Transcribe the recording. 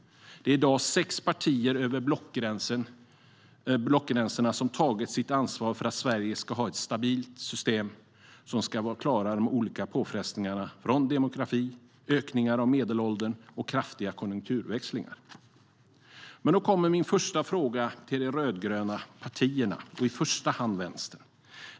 Det är i dag sex partier över blockgränsen som tagit sitt ansvar för att Sverige ska ha ett stabilt pensionssystem som ska klara de olika påfrestningarna från demografi och ökningar av medelåldern till kraftiga konjunkturväxlingar. Men då kommer min första fråga till de rödgröna partierna och i första hand Vänstern.